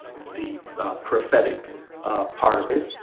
the prophetic part of it.